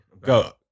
Go